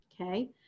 okay